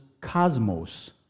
cosmos